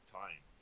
time